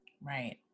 Right